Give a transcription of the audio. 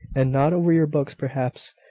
and nod over your books, perhaps,